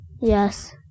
Yes